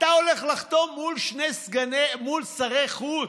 אתה הולך לחתום מול שרי חוץ,